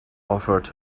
offered